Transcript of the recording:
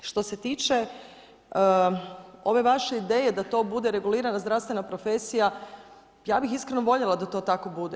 Što se tiče ove vaše ideje da to bude regulirana zdravstvena profesija, ja bih iskreno voljela da to tako bude.